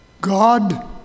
God